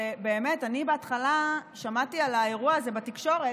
שבאמת אני בהתחלה שמעתי על האירוע הזה בתקשורת,